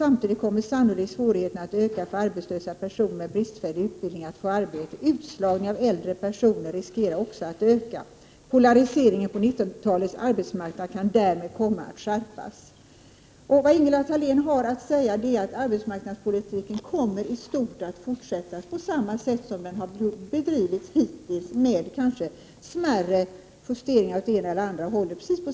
Samtidigt kommer sannolikt svårigheterna att öka för arbetslösa personer med bristfällig utbildning att få arbete. Utslagningen av äldre personer riskerar också att öka. Polariseringen kan därmed komma att skärpas på 1990-talets arbetsmarknad. Vad Ingela Thalén har att säga är att arbetsmarknadspolitiken kommer att fortsätta i stort sett på samma sätt som den har bedrivits hittills med kanske smärre justeringar åt ena eller andra hållet.